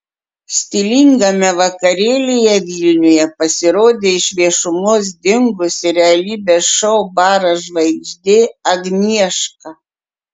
stilingame vakarėlyje vilniuje pasirodė iš viešumos dingusi realybės šou baras žvaigždė agnieška